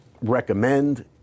recommend